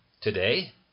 Today